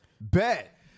Bet